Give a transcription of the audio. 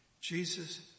Jesus